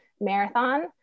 marathon